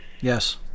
Yes